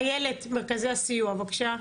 איילת ממרכזי הסיוע, בבקשה.